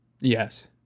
yes